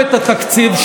לא, לא אמרת שתיים.